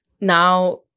now